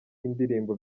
indirimbo